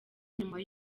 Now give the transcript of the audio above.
nyuma